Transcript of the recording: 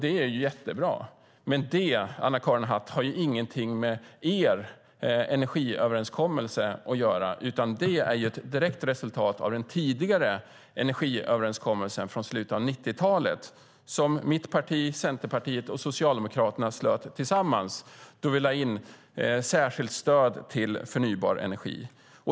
Det är jättebra, men det, Anna-Karin Hatt, har ingenting med er energiöverenskommelse att göra, utan det är ett direkt resultat av den tidigare energiöverenskommelsen från slutet av 90-talet som mitt parti, Centerpartiet och Socialdemokraterna slöt tillsammans och där vi lade in särskilt stöd till förnybar energi.